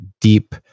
deep